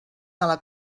mala